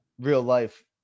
real-life –